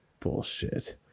bullshit